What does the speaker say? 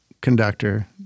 conductor